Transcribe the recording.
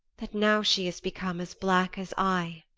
that now she is become as black as i.